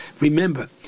remember